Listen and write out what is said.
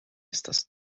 estas